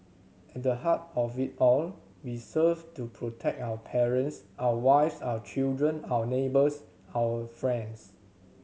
at the heart of it all we serve to protect our parents our wives our children our neighbours our friends